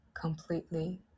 completely